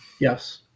yes